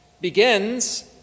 begins